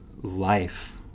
life